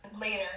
later